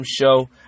show